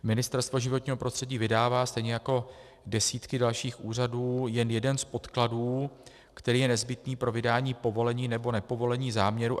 Ministerstvo životního prostředí vydává, stejně jako desítky dalších úřadů, jen jeden z podkladů, který je nezbytný pro vydání povolení nebo nepovolení záměru.